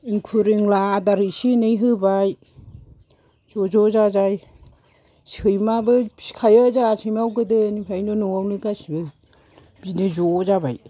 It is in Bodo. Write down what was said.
इंखुर इनला आदार एसे एनै होबाय ज'ज' जाजाय सैमाबो फिखायो जोंहा सैमाबो गोदोनिफ्रायनो न'आवनो बिदि ज' जाबाय